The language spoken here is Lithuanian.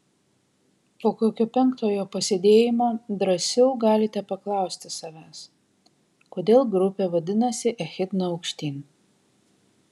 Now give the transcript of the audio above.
po kokio penktojo pasėdėjimo drąsiau galite paklausti savęs kodėl grupė vadinasi echidna aukštyn